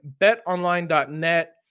betonline.net